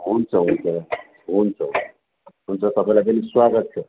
हुन्छ हुन्छ हुन्छ हुन्छ हुन्छ तपाईँलाई पनि स्वागत छ